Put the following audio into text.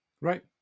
Right